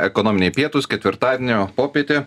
ekonominiai pietūs ketvirtadienio popietė